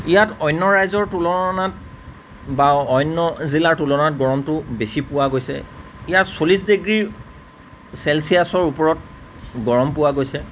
ইয়াত অন্য ৰাজ্যৰ তুলনাত বা অন্য জিলাৰ তুলনাত গৰমটো বেছি পোৱা গৈছে ইয়াত চল্লিছ ডিগ্ৰী ছেলছিয়াচৰ ওপৰত গৰম পোৱা গৈছে